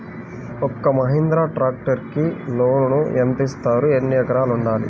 ఒక్క మహీంద్రా ట్రాక్టర్కి లోనును యెంత ఇస్తారు? ఎన్ని ఎకరాలు ఉండాలి?